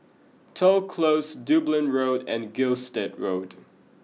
Toh Close Dublin Road and Gilstead Road